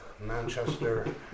Manchester